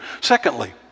Secondly